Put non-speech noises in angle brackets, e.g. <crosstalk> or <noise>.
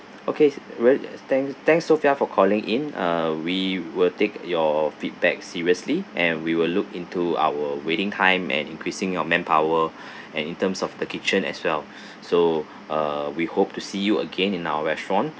okay really thank thanks sophia for calling in uh we will take your feedback seriously and we will look into our waiting time and increasing our manpower <breath> and in terms of the kitchen as well <breath> so uh we hope to see you again in our restaurant